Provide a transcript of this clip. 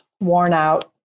worn-out